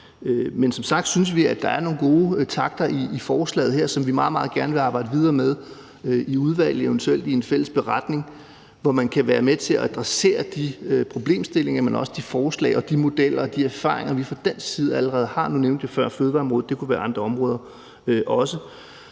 Men som sagt synes vi, at der er nogle gode takter i forslaget her, som vi meget, meget gerne vil arbejde videre med i udvalget, eventuelt i en fælles beretning, hvor man kan være med til at adressere de problemstillinger, men også de forslag, de modeller og de erfaringer, vi fra dansk side allerede har. Nu nævnte jeg før fødevareområdet, og det kunne være andre områder også.